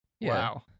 Wow